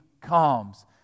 comes